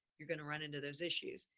you're going to run into those issues.